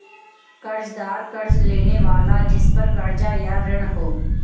कर्ज़दार कर्ज़ लेने वाला जिसपर कर्ज़ या ऋण हो